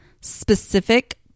specific